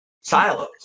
silos